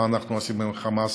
מה אנחנו עושים עם חמאס.